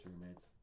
roommates